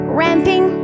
ramping